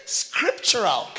scriptural